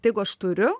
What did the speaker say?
tai jeigu aš turiu